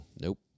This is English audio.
Nope